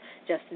Justin